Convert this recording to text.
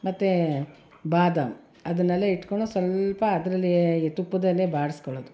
ಮತ್ತು ಬಾದಾಮಿ ಅದನ್ನೆಲ್ಲ ಇಟ್ಟುಕೊಂಡು ಒಂದು ಸ್ವಲ್ಪ ಅದರಲ್ಲಿ ತುಪ್ಪದಲ್ಲಿ ಬಾಡಿಸ್ಕೊಳ್ಳೋದು